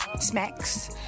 smacks